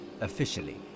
Officially